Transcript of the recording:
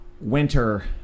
winter